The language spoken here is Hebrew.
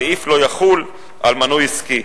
הסעיף לא יחול על מנוי עסקי,